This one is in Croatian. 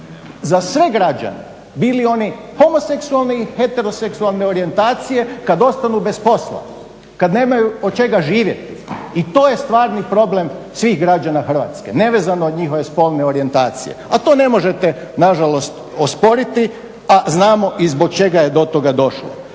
za sve građane bili oni homoseksualni, heteroseksualne orijentacije kad ostanu bez posla, kad nemaju od čega živjeti i to je stvarni problem svih građana Hrvatske nevezano od njihove spolne orijentacije a to ne možete nažalost osporiti a znamo i zbog čega je do toga došlo.